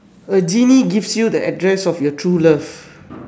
a genie gives you the address of your true love